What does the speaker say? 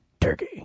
turkey